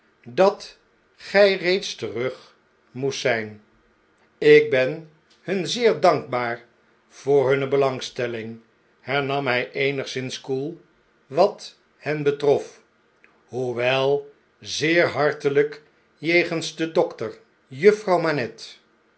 dat gjj reeds terug moest zjjn ik ben hun zeer dankbaar voor hunne belangstelling hernam hn eenigszins koelwat hen betrof hoewel zeer harteiyk jegens den dokter